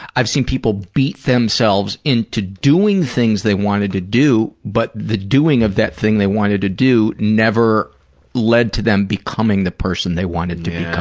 i've seen people beat themselves into doing things they wanted to do but the doing of that thing they wanted to do never led to them becoming the person they wanted to